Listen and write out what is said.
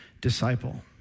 disciple